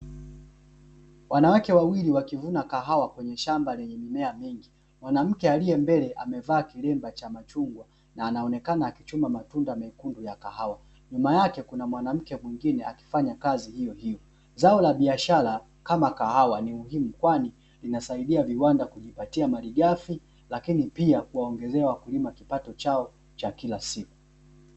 Wanawake wawili wakivuna kahawa kwenye shamba lenye mimea mingi, mwanamke aliye mbele amevaa kilemba cha machungwa na anaonekana akichuma matunda mekundu ya kahawa, nyuma yake kuna mwanamke mwingine akifanya kazi hiyohiyo zao la biashara kama kahawa ni muhimu kwani linasaidia viwanda kujipatia malighafi lakini pia kuongezewa mkulima kipato chao cha kila siku.